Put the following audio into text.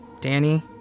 Danny